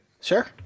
Sure